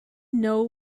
know